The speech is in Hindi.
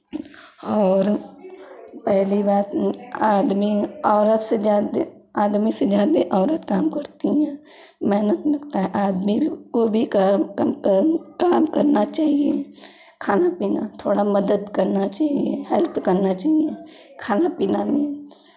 औरत पहली बात ये आदमी औरत से ज़्यादे आदमी से ज़्यादे औरत काम करती हैं मेहनत दिखता है आदमी को भी काम तम तम काम करना चाहिए खाना पीना थोड़ा मदद करना चाहिए हेल्प करना चाहिए खाना पीना भी